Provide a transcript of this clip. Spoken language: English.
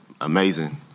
amazing